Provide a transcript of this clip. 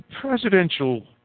presidential